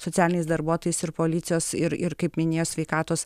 socialiniais darbuotojais ir policijos ir ir kaip minėjo sveikatos